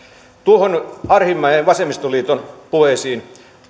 noihin arhinmäen ja vasemmistoliiton puheisiin